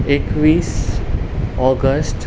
एकवीस ऑगस्ट